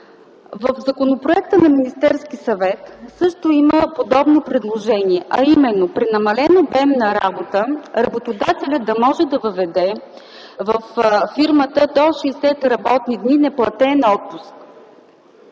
В законопроекта на Министерския съвет също има подобно предложение, а именно при намален обем на работа работодателят да може да въведе във фирмата до 60 работни дни неплатен отпуск.